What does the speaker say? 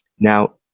now,